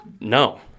No